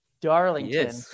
Darlington